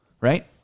right